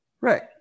Right